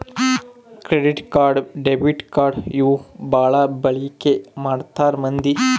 credit card debit card ಇವು ಬಾಳ ಬಳಿಕಿ ಮಾಡ್ತಾರ ಮಂದಿ